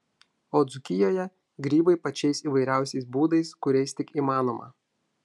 o dzūkijoje grybai pačiais įvairiausiais būdais kuriais tik įmanoma